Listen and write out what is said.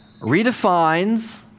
redefines